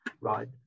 right